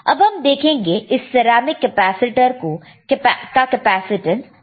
अब हम देखेंगे इस सेरेमिक कैपेसिटर का कैपेसिटेंस कैसे मेजर कर सकते हैं